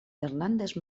hernández